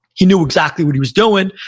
he knew exactly what he was doing,